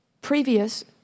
previous